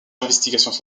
investigations